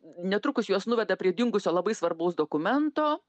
netrukus juos nuveda prie dingusio labai svarbaus dokumento